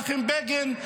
מנחם בגין,